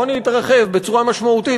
העוני התרחב בצורה משמעותית,